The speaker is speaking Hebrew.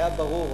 היה ברור,